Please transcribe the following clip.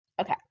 Okay